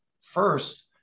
first